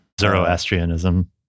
Zoroastrianism